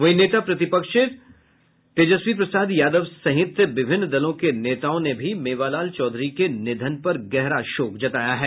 वहीं नेता प्रतिपक्ष तेजस्वी प्रसाद यादव सहित विभिन्न दलों के नेताओं ने भी मेवालाल चौधरी के निधन पर गहरा शोक जताया है